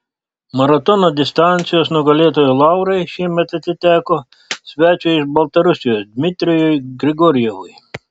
maratono distancijos nugalėtojo laurai šiemet atiteko svečiui iš baltarusijos dmitrijui grigorjevui